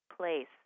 Place